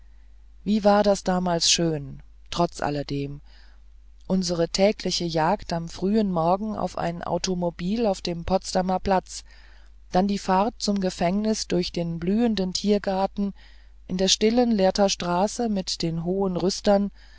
wie war das damals schön trotz alledem unsere tägliche jagd am frühen morgen auf ein automobil auf dem potsdamer platz dann die fahrt zum gefängnis durch den blühenden tiergarten in die stille lehrter straße mit den hohen rüstern